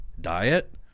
diet